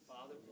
Father